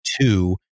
two